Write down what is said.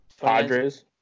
Padres